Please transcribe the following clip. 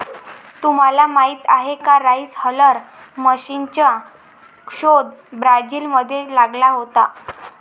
तुम्हाला माहीत आहे का राइस हलर मशीनचा शोध ब्राझील मध्ये लागला होता